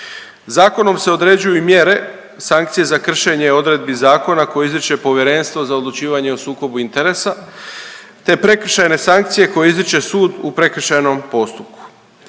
Zakonom se određuju i mjere sankcije za kršenje odredbi zakona koje izriče Povjerenstvo za odlučivanje o sukobu interesa te prekršajne sankcije koje izriče sud u prekršajnom postupku.